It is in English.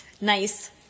nice